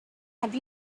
have